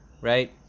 right